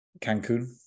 Cancun